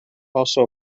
also